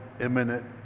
imminent